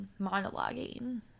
monologuing